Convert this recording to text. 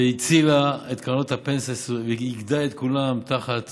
והצילה את קרנות הפנסיה, היא איגדה את כולן תחת